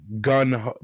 gun